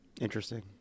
interesting